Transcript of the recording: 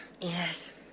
Yes